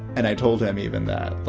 and i told him even that,